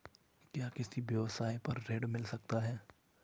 क्या किसी व्यवसाय पर ऋण मिल सकता है?